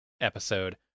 episode